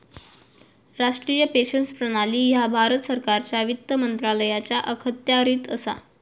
राष्ट्रीय पेन्शन प्रणाली ह्या भारत सरकारच्या वित्त मंत्रालयाच्या अखत्यारीत असा